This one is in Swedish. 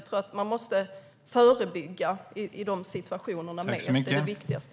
Jag tror att man måste förebygga mer i de situationerna. Det är det viktigaste.